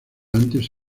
antes